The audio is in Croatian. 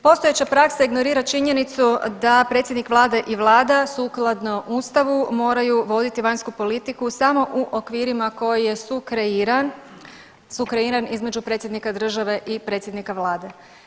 Postojeća praksa ignorira činjenicu da predsjednik vlade i vlada sukladno ustavu moraju voditi vanjsku politiku samo u okvirima koji je sukreiran, sukreiran između predsjednika države i predsjednika vlade.